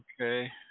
Okay